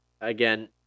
again